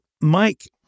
Mike